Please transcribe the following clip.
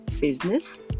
business